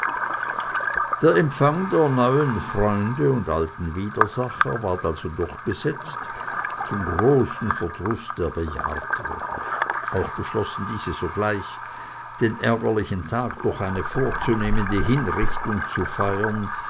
der empfang der neuen freunde und alten widersacher ward also durchgesetzt zum großen verdruß der bejahrteren auch beschlossen diese sogleich den ärgerlichen tag durch eine vorzunehmende hinrichtung zu feiern